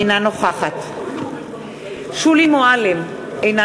אינה נוכחת שולי מועלם-רפאלי,